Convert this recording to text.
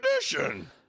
tradition